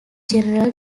general